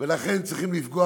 ולכן צריכים לפגוע